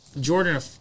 Jordan –